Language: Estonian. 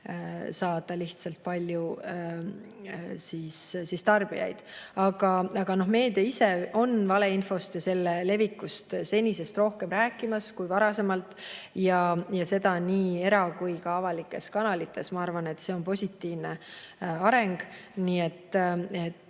saada lihtsalt palju tarbijaid. Aga meedia ise on valeinfost ja selle levikust senisest rohkem rääkimas kui varasemalt, nii era‑ kui ka avalikes kanalites. Ma arvan, et see on positiivne areng.